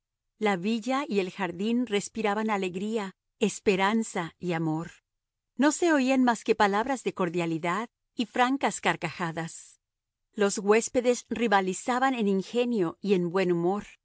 la villa y el jardín respiraban alegría esperanza y amor no se oían más que palabras de cordialidad y francas carcajadas los huéspedes rivalizaban en ingenio y en buen humor